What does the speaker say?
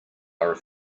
are